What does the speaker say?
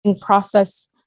process